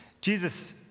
Jesus